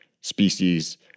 species